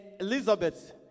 Elizabeth